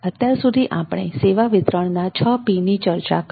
અત્યાર સુધી આપણે સેવા વિતરણના 6 Pની ચર્ચા કરી